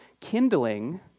kindling